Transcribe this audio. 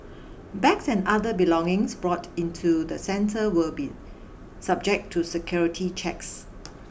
bags and other belongings brought into the centre will be subject to security checks